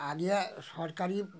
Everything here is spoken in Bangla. আগে আ সরকারি